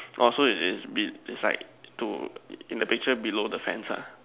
orh so it is it's like to in the picture below the fence ah